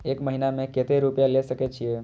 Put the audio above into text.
एक महीना में केते रूपया ले सके छिए?